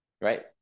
right